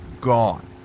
gone